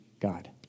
God